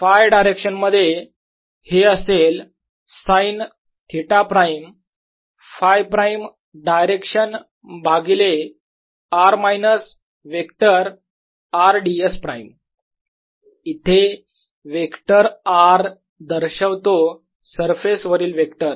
Φ direction मध्ये हे असेल sine theta prime Φ prime direction भागिले r minus vector R ds prime इथे वेक्टर R दर्शवितो सरफेस वरील वेक्टर